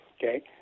okay